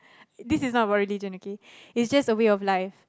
this is not about religion okay it's just a way of life